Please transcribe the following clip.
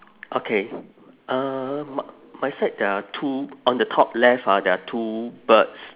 okay uh my my side there are two on the top left ah there are two birds